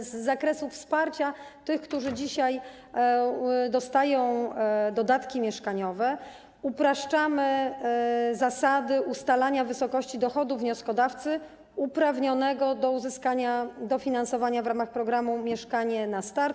Jeżeli chodzi o wsparcie tych, którzy dzisiaj dostają dodatki mieszkaniowe, to upraszczamy zasady ustalania wysokości dochodu wnioskodawcy uprawnionego do uzyskania dofinansowania w ramach programu „Mieszkanie na start”